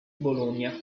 bologna